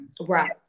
right